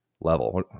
level